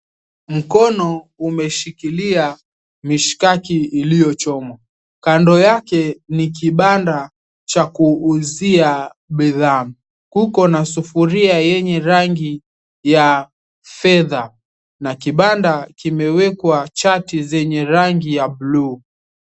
Mkono umeshikilia mishkaki iliyochomwa. Kando yake ni kibanda cha kuuzia bidhaa. Kuko na sufuria yenye rangi ya fedha na kibanda kimewekwa chati zenye rangi ya blue .